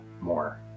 more